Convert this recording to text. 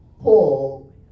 Paul